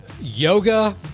yoga